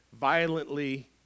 violently